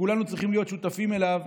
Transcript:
שכולנו צריכים להיות שותפים לו,